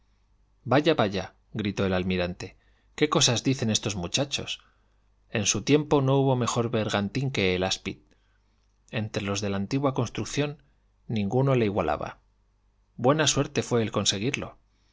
vaya vaya gritó el almirante qué cosas dicen estos muchachos en su tiempo no hubo mejor bergantín que el aspid entre los de antigua construcción ninguno le igualaba buena suerte fué el conseguirlo